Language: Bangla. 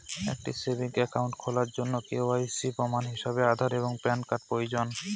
একটি সেভিংস অ্যাকাউন্ট খোলার জন্য কে.ওয়াই.সি প্রমাণ হিসাবে আধার এবং প্যান কার্ড প্রয়োজন